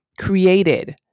created